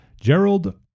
Gerald